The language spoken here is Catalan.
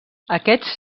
aquests